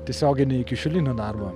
tiesioginį ikišiolinį darbą